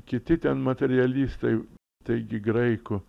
kiti ten materialistai taigi graikų